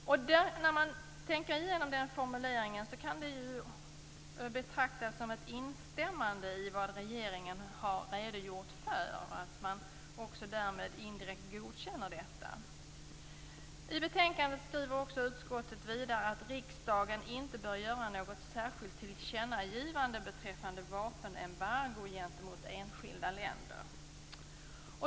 När man tänker igenom den formuleringen kan den betraktas som ett instämmande i vad regeringen har redogjort för och att man därmed indirekt godkänner detta. Vidare skriver utskottet att riksdagen inte bör göra något särskilt tillkännagivande beträffande vapenembargo gentemot enskilda länder.